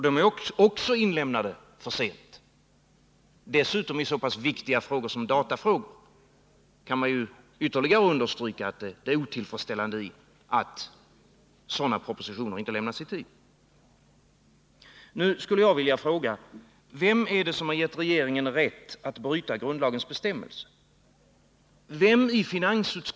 De är också inlämnade för sent. När det dessutom är i så pass viktiga frågor som datafrågor kan man ytterligare understryka det otillfredsställande i att de inte lämnas i tid.